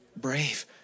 brave